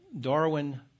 Darwin